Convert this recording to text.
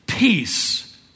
Peace